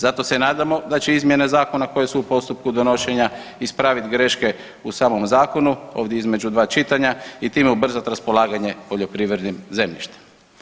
Zato se nadamo da će izmjene zakona koje su u postupku donošenja ispravit greške u samom zakonu ovdje između dva čitanja i time ubrzati raspolaganje poljoprivrednim zemljištem.